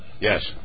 Yes